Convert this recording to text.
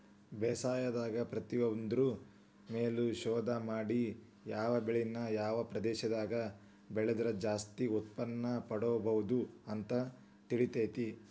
ಬೇಸಾಯದಾಗ ಪ್ರತಿಯೊಂದ್ರು ಮೇಲು ಶೋಧ ಮಾಡಿ ಯಾವ ಬೆಳಿನ ಯಾವ ಪ್ರದೇಶದಾಗ ಬೆಳದ್ರ ಜಾಸ್ತಿ ಉತ್ಪನ್ನಪಡ್ಕೋಬೋದು ಅಂತ ತಿಳಿತೇತಿ